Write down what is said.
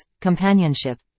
companionship